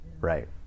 Right